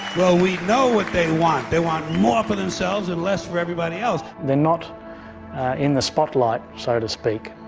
well, we know what they want they want more for themselves and less for everybody else. they are not in the spotlight, so to speak,